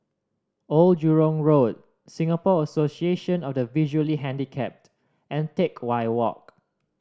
Old Jurong Road Singapore Association of the Visually Handicapped and Teck Whye Walk